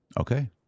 Okay